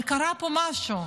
אבל קרה פה משהו.